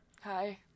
Hi